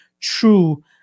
true